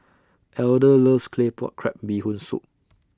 Elder loves Claypot Crab Bee Hoon Soup